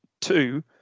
Two